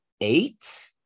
eight